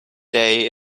day